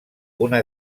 una